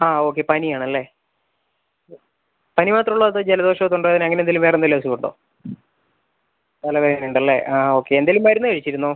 ആ ഓക്കെ പനി ആണല്ലെ പനി മാത്രമേ ഉള്ളോ അതോ ജലദോഷമോ തൊണ്ടവേദന അങ്ങനെ എന്തേലും വേറെ എന്തേലും അസുഖം ഉണ്ടോ തലവേദന ഉണ്ടല്ലെ ആ ഓക്കെ എന്തേലും മരുന്ന് കഴിച്ചിരുന്നോ